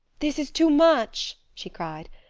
this is too much! she cried.